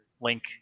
link